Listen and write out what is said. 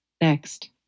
Next